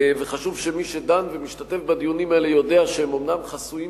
וחשוב שמי שדן ומשתתף בדיונים האלה ידע שהם אומנם חסויים